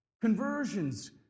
conversions